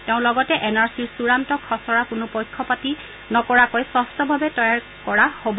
তেওঁ লগতে N R চিৰ চূড়ান্ত খচৰা কোনো পক্ষপাতি নকৰাকৈ স্বচ্ছভাৱে তৈয়াৰ কৰা হ'ব